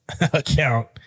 account